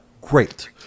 great